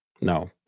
No